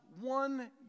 one